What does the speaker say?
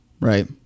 Right